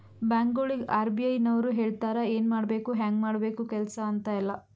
ಬ್ಯಾಂಕ್ಗೊಳಿಗ್ ಆರ್.ಬಿ.ಐ ನವ್ರು ಹೇಳ್ತಾರ ಎನ್ ಮಾಡ್ಬೇಕು ಹ್ಯಾಂಗ್ ಮಾಡ್ಬೇಕು ಕೆಲ್ಸಾ ಅಂತ್ ಎಲ್ಲಾ